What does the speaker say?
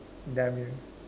damn you